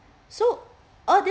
so all this